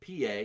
PA